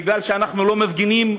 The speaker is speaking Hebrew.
בגלל שאנחנו לא מפגינים?